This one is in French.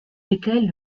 lesquels